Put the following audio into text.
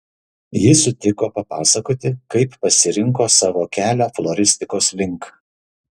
ji sutiko papasakoti kaip pasirinko savo kelią floristikos link